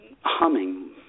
humming